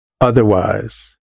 Otherwise